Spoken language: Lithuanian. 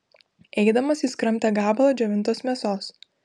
eidamas jis kramtė gabalą džiovintos mėsos